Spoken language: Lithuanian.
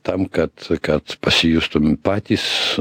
ne tam kad kad pasijustumėm patys